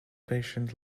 patient